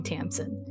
Tamsin